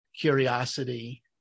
curiosity